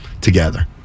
together